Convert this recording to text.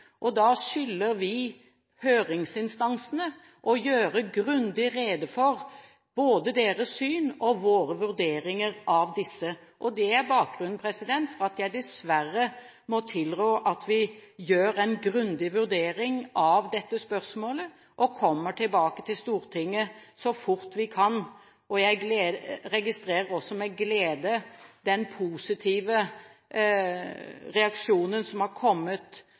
høringsinstansene. Da skylder vi høringsinstansene å gjøre grundig rede for både deres syn og våre vurderinger av disse. Det er bakgrunnen for at jeg dessverre må tilrå at vi gjør en grundig vurdering av dette spørsmålet og kommer tilbake til Stortinget så fort vi kan. Jeg registrerer også med glede den positive reaksjonen som har kommet